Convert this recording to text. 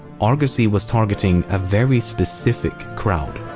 argosy was targeting a very specific crowd.